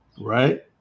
right